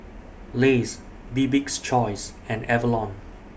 Lays Bibik's Choice and Avalon